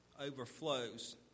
overflows